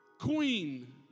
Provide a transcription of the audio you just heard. queen